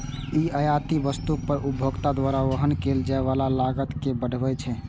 ई आयातित वस्तु पर उपभोक्ता द्वारा वहन कैल जाइ बला लागत कें बढ़बै छै